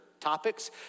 topics